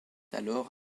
alors